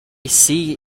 see